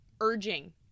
urging